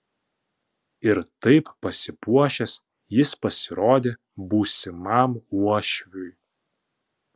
ir taip pasipuošęs jis pasirodė būsimam uošviui